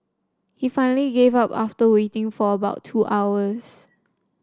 he finally gave up after waiting for about two hours